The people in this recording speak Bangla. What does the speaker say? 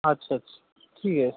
আচ্ছা আচ্ছা ঠিক আছে